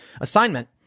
assignment